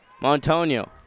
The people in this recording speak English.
Montonio